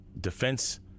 defense